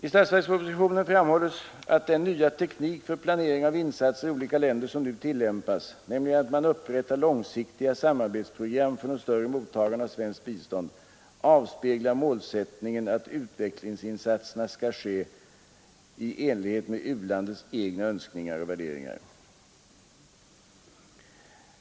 I statsverkspropositionen framhålles att den nya teknik för planering av insatser i olika länder som nu tillämpas, nämligen att man upprättar långsiktiga samarbetsprogram för de större mottagarna av svenskt bistånd, avspeglar målsättningen att utvecklingsinsatserna skall ske i enlighet med u-landets egna önskningar och värderingar.